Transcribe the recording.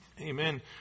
Amen